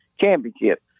championship